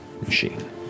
machine